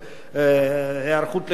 היערכות לחירום,